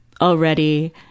already